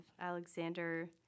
Alexander